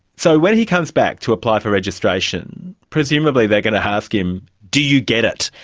so when he comes back to apply for registration, presumably they are going to ask him, do you get it?